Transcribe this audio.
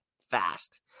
fast